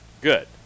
Good